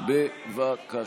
בבקשה.